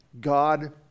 God